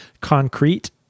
concrete